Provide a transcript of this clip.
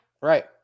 Right